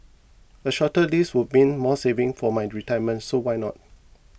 a shorter lease would been more savings for my retirement so why not